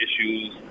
issues